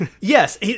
Yes